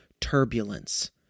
turbulence